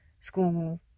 school